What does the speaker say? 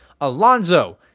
Alonzo